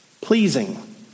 pleasing